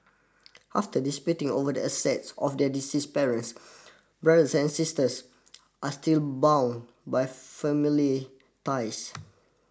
after disputing over the assets of their deceased parents brothers and sisters are still bound by family ties